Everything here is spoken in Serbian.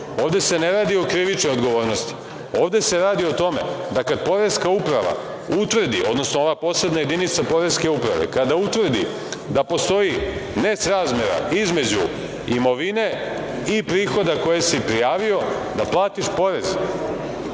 piše. Ovde se ne radi o krivičnoj odgovornosti. Ovde se radi o tome da kada poreska uprava utvrdi, odnosno ova posebna jedinica poreske uprave, kada utvrdi da postoji nesrazmera između imovine i prihoda koje si prijavio, da platiš porez,